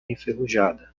enferrujada